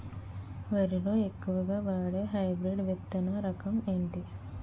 వరి లో ఎక్కువుగా వాడే హైబ్రిడ్ విత్తన రకం ఏంటి?